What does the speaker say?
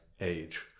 age